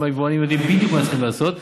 גם היבואנים יודעים בדיוק מה הם צריכים לעשות,